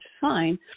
fine